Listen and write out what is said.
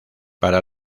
para